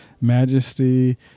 majesty